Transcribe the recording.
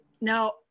Now